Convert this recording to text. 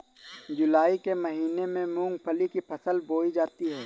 जूलाई के महीने में मूंगफली की फसल बोई जाती है